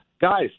guys